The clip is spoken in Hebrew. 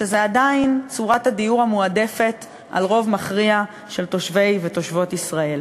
שזו עדיין צורת הדיור המועדפת על רוב מכריע של תושבי ותושבות ישראל,